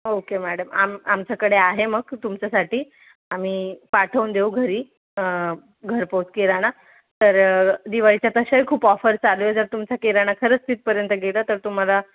okay madam आम आमच्याकडे आहे मग तुमच्यासाठी आम्ही पाठवून देऊ घरी घरपोच किराणा तर दिवाळीच्या तशाही खूप ऑफर चालू आहेत जर तुमचा किराणा खरंच जर तिथपर्यंत गेला तर तुम्हाला